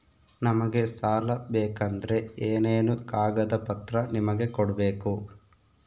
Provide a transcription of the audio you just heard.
ನಮಗೆ ಸಾಲ ಬೇಕಂದ್ರೆ ಏನೇನು ಕಾಗದ ಪತ್ರ ನಿಮಗೆ ಕೊಡ್ಬೇಕು?